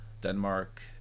Denmark-